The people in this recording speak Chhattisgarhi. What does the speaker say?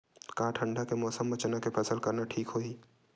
का ठंडा के मौसम म चना के फसल करना ठीक होही?